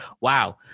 wow